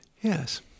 Yes